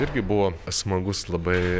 irgi buvo smagus labai